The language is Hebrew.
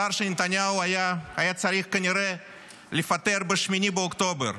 השר שנתניהו היה צריך כנראה לפטר ב-8 באוקטובר,